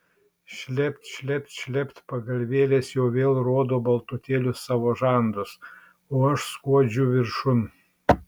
šlept šlept šlept pagalvėlės jau vėl rodo baltutėlius savo žandus o aš skuodžiu viršun